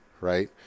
right